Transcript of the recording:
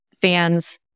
fans